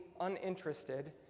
uninterested